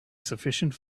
sufficient